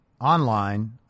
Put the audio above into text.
online